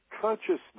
consciousness